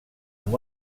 amb